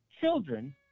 children